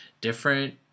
different